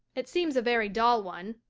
it seems a very dull one,